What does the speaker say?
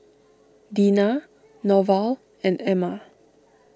Deena Norval and Emma